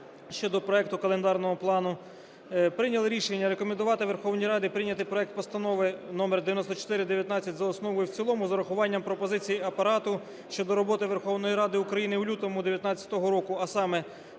щодо проекту календарного плану. Прийняли рішення рекомендувати Верховній Раді прийняти проект Постанови № 9419 за основу і в цілому з урахуванням пропозицій Апарату щодо роботи Верховної Ради України в лютому 2019 року, а саме: